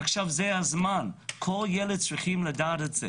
עכשיו זה הזמן, כל ילד צריך לדעת את זה